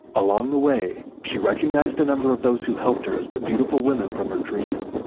along the way, she recognized a number of those who helped her as the beautiful women from her dream.